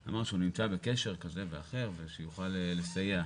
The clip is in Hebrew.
הוא אמר שהוא נמצא בקשר כזה ואחר ושיוכל לסייע.